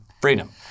Freedom